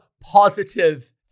positive